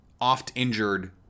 oft-injured